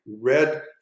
red